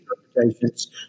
interpretations